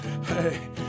Hey